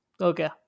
Okay